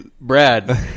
Brad